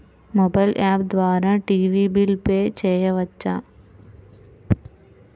Mobile app ద్వారా TV bill pay చేయవచ్చా?